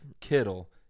Kittle